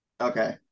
Okay